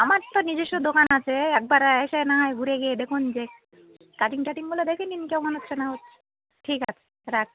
আমার তো নিজস্ব দোকান আছে একবার এসে না হয় ঘুরে গিয়ে দেখুন যে কাটিং কাটিং গুলো দেখে নিন ঠিক আছে রাখছি